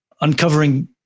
uncovering